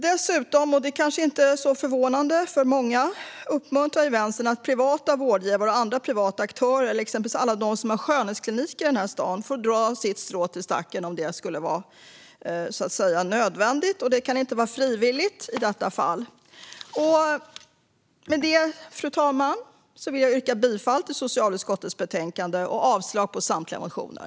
Dessutom - och detta kanske inte är så förvånande för många - uppmuntrar Vänstern att privata vårdgivare och andra privata aktörer, exempelvis alla de som har skönhetskliniker i den här staden, får dra sitt strå till stacken om det skulle vara nödvändigt. Det kan inte vara frivilligt i detta fall. Med detta, fru talman, vill jag yrka bifall till förslaget i socialutskottets betänkande och avslag på samtliga motioner.